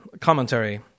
commentary